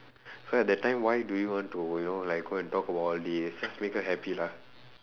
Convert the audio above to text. so at that time why do you want to you know like go and talk about all this just make her happy lah